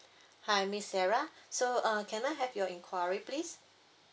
hi miss sarah so uh can I have your enquiry please